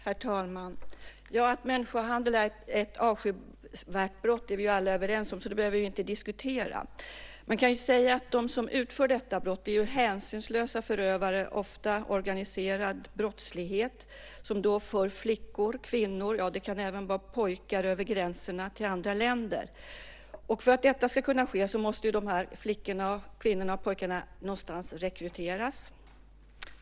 Herr talman! Att människohandel är ett avskyvärt brott är vi alla överens om. Det behöver vi inte diskutera. De som utför detta brott är hänsynslösa förövare. Det är ofta organiserad brottslighet som för flickor, kvinnor och även pojkar över gränserna till andra länder. För att detta ska kunna ske måste flickorna, kvinnorna och pojkarna rekryteras någonstans.